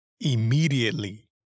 immediately